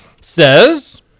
says